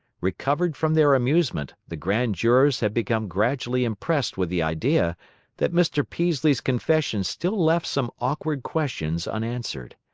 recovered from their amusement, the grand jurors had become gradually impressed with the idea that mr. peaslee's confession still left some awkward questions unanswered.